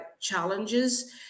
challenges